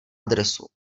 adresu